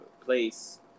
place